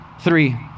three